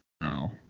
No